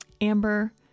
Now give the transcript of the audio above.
Amber